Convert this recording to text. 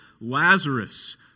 Lazarus